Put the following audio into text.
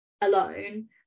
alone